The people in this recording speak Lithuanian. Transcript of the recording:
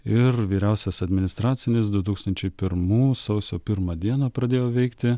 ir vyriausias administracinis du tūkstančiai pirmų sausio pirmą dieną pradėjo veikti